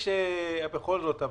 אבל בכל זאת,